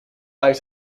uit